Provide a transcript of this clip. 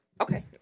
okay